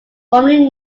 formerly